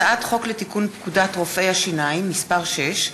הצעת חוק לתיקון פקודת רופאי השיניים (מס' 6),